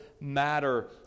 matter